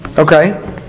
Okay